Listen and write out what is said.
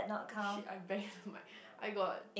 oh shit I bang my I got